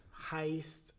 heist